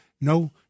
No